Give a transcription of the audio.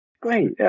Great